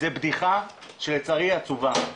זאת בדיחה שלצערי היא עצובה.